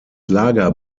lager